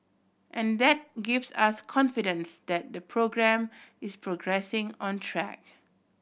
and that gives us confidence that the programme is progressing on track